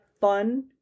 fun